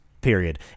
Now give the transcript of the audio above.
period